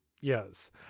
Yes